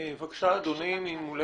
בבקשה, אדוני ממולנו.